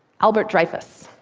alfred dreyfus.